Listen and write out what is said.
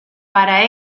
para